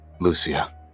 Lucia